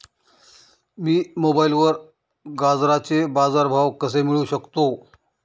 मी मोबाईलवर गाजराचे बाजार भाव कसे मिळवू शकतो?